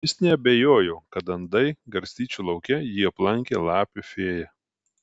jis neabejojo kad andai garstyčių lauke jį aplankė lapių fėja